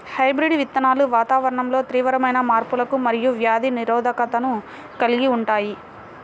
hybrid విత్తనాలు వాతావరణంలో తీవ్రమైన మార్పులకు మరియు వ్యాధి నిరోధకతను కలిగి ఉంటాయి